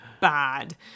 bad